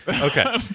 Okay